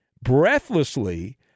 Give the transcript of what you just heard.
Breathlessly